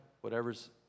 Whatever's